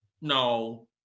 No